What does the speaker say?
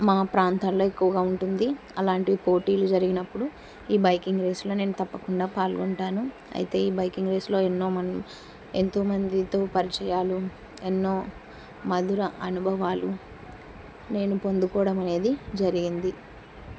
మా ప్రాంతాల్లో ఎక్కువగా ఉంటుంది అలాంటివి పోటీలు జరిగినప్పుడు ఈ బైకింగ్ రేస్లో నేను తప్పకుండా పాల్గొంటాను అయితే ఈ బైకింగ్ రేస్లో ఎన్నో మన ఎంతోమందితో పరిచయాలు ఎన్నో మధుర అనుభవాలు నేను పొందుకోవడం అనేది జరిగింది